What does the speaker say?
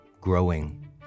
growing